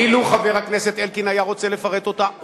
אילו רצה חבר הכנסת אלקין לפרט אותה,